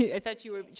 i thought you were